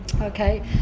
okay